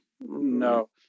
no